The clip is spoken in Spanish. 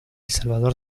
salvador